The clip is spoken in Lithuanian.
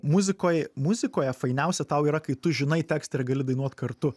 muzikoj muzikoje fainiausia tau yra kai tu žinai tekstą ir gali dainuot kartu